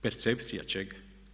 Percepcija čega?